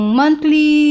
monthly